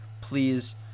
please